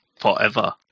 Forever